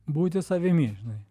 būti savimi žinai